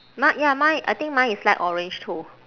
mi~ ya mine I think mine is light orange too